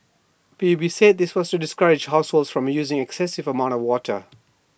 P U B said this was discourage households from using excessive amounts of water